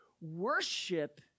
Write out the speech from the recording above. worship